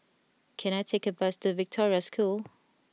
can I take a bus to Victoria School